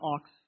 ox